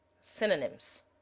synonyms